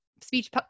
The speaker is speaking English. speech